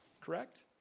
Correct